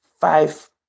five